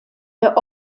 der